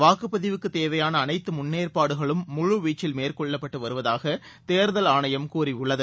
வாக்குப்பதிவுக்கு தேவையான அனைத்து முன்னேற்பாடுகளும் முழுவீச்சில் மேற்கொள்ளப்பட்டு வருவதாக தேர்தல் ஆணையம் கூறியுள்ளது